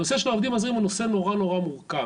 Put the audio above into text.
הנושא של העובדים הזרים הוא נושא נורא-נורא מורכב,